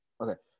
Okay